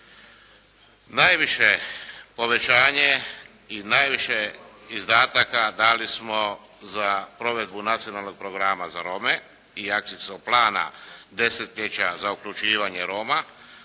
Najviše povećanje i najviše izdataka dali smo za provedbu Nacionalnog programa za Rome i akcijskog plana desetljeća za uključivanje Roma